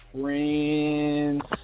friends